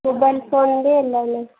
mobile phone ବି allow ନାଇଁ